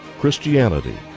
Christianity